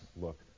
look